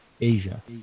Asia